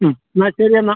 എന്നാൽ ശരി എന്നാൽ